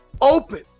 open